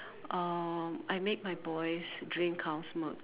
uh I make my boys drink cow's milk